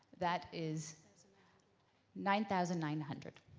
that is nine thousand nine hundred.